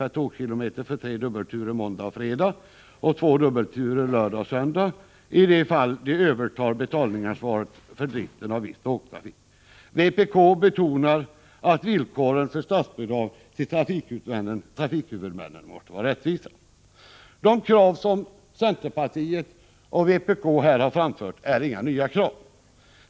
per tågkilometer för tre dubbelturer måndag-fredag och två dubbelturer lördag-söndag i de fall de övertar betalningsansvaret för driften av viss tågtrafik. Vpk betonar att villkoren för statsbidrag till trafikhuvudmännen måste vara rättvisa. De krav som centerpartiet och vpk här har framfört är inga nya krav.